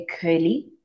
curly